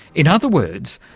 in other words,